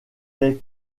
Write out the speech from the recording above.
est